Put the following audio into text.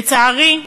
לצערי,